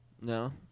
No